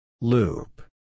Loop